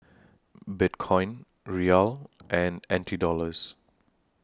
Bitcoin Riyal and N T Dollars